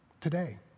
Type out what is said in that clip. today